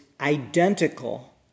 identical